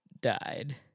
died